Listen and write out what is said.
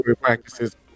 practices